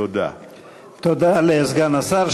תודה לסגן השר.